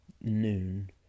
noon